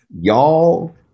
Y'all